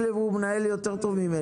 מקלב מנהל דיונים יותר טוב ממני.